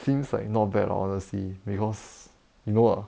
seems like not bad lah honestly because you know ah